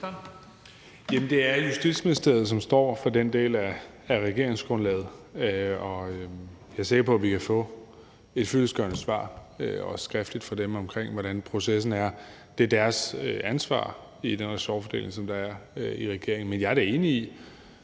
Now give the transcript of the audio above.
Bek): Det er Justitsministeriet, som står for den del af regeringsgrundlaget, og jeg er sikker på, at vi kan få et fyldestgørende svar, også skriftligt, fra dem om, hvordan processen er. Det er deres ansvar ifølge den ressortfordeling, som der er i regeringen. Men jeg er da enig,